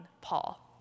Paul